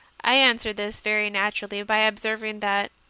i answered this, very naturally, by observing that,